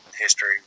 history